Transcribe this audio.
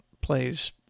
plays